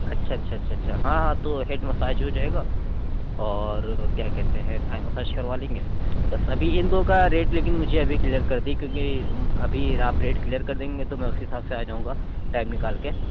اچھا اچھا اچھا اچھا ہاں تو ہیڈ مساج ہو جائے گا اور کیا کہتے ہیں تھائی مساج کروا لیں گے بس ابھی اِن دو کا ریٹ لیکن مجھے ابھی کلیئر کر دیں کیونکہ ابھی آپ ریٹ کلیئر کر دیں گے تو میں اُس کے حساب سے آ جاؤں گا ٹائم نکال کے